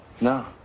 No